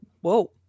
Whoa